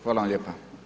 Hvala vam lijepa.